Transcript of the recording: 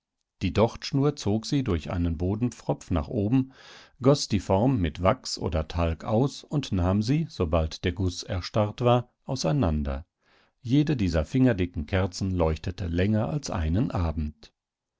die dochtschnur zog sie durch einen bodenpfropf nach oben goß die form mit wachs oder talg aus und nahm sie sobald der guß erstarrt war auseinander jede dieser fingerdicken kerzen leuchtete länger als einen abend